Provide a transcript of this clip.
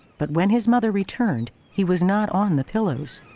but when his mother returned, he was not on the pillows.